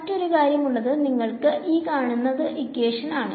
മാറ്റിരു കാര്യം ഉള്ളത് നിങ്ങൾക്ക്ഇതാണ്